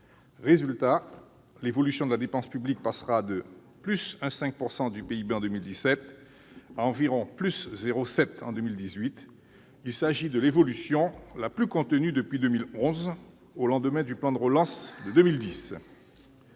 Résultat, l'évolution de la dépense publique passera de 1,5 % du PIB en 2017 à environ 0,7 % en 2018. Il s'agit de l'évolution la plus contenue depuis 2011, au lendemain du plan de relance de 2010.